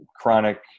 chronic